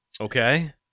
Okay